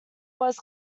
was